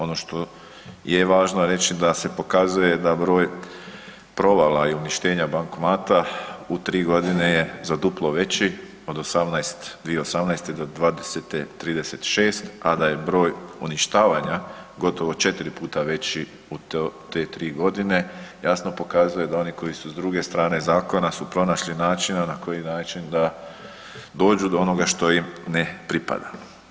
Ono što je važno reći da se pokazuje da broj provala i uništenja bankomata u 3 godine je za duplo veći od 2018.-te do '20.-te 36, a da je broj uništavanja gotovo 4 puta veći u te 3 godine jasno pokazuje da oni koji su s druge strane zakona su pronašli načina na koji način da dođu do onoga što im ne pripada.